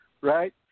Right